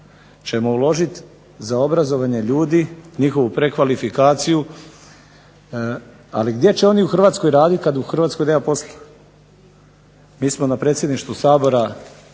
ćemo uložiti za obrazovanje ljudi, njihovu prekvalifikaciju, ali gdje će oni u Hrvatskoj raditi, kad u Hrvatskoj nema posla? Mi smo na predsjedništvu Sabora